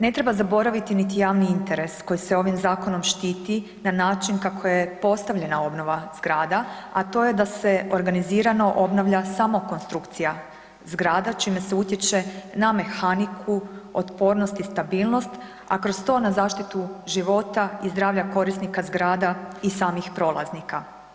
Ne treba zaboraviti niti javni interes koji se ovim zakonom štiti na način kako je postavljena obnova zgrada, a to je da se organizirano obnavlja samo konstrukcija zgrada čime se utječe na mehaniku, otpornost i stabilnost, a kroz to na zaštitu života i zdravlja korisnika zgrada i samih prolaznika.